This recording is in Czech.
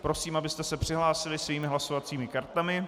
Prosím, abyste se přihlásili svými hlasovacími kartami.